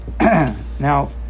now